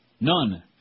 None